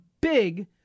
big